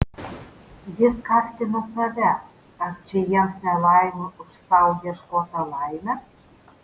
jis kaltino save ar čia jiems nelaimė už sau ieškotą laimę